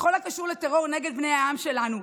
בכל הקשור לטרור נגד העם שלנו,